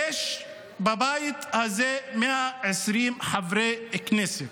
יש בבית הזה 120 חברי כנסת,